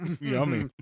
yummy